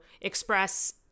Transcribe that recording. express